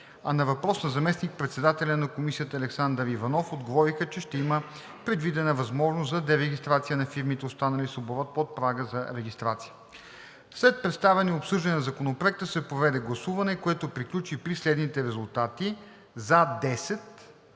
А на въпрос на заместник-председателя на комисията Александър Иванов отговориха, че ще има предвидена възможност за дерегистрация за фирмите, останали с оборот под прага за регистрация. След представяне и обсъждане на Законопроекта се проведе гласуване, което приключи при следните резултати: „за”